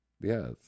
Yes